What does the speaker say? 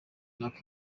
nako